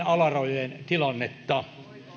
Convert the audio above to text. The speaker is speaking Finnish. alarajojen tilannetta